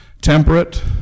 Temperate